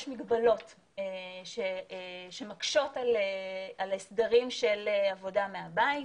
יש מגבלות שמקשות על ההסדרים של עבודה מהבית.